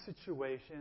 situation